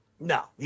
No